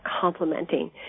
complementing